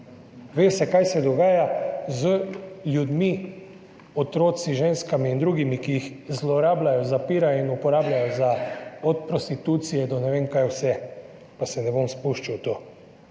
ve se, kaj se dogaja z ljudmi, otroci, ženskami in drugimi, ki jih zlorabljajo, zapirajo in uporabljajo za prostitucijo in ne vem kaj vse, pa se ne bom spuščal v to.